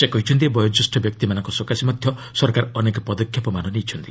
ସେ କହିଛନ୍ତି ବୟୋଜ୍ୟେଷ୍ଠ ବ୍ୟକ୍ତିମାନଙ୍କମାନଙ୍କ ସକାଶେ ମଧ୍ୟ ସରକାର ଅନେକ ପଦକ୍ଷେପମାନ ନେଇଛନ୍ତି